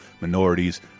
minorities